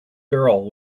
girl